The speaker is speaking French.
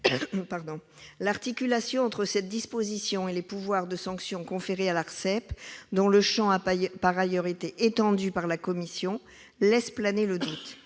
L'articulation entre cette disposition et les pouvoirs de sanction conférés à l'Arcep, dont le champ a par ailleurs été étendu par la commission, laisse planer le doute.